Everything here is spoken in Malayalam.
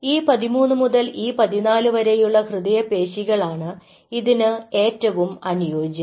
E 13 മുതൽ E14 വരെയുള്ള ഹൃദയപേശികൾ ആണ് ഇതിന് ഏറ്റവും അനുയോജ്യം